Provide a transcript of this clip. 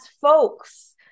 folks